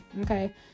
okay